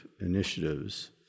initiatives